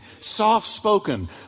soft-spoken